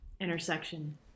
intersection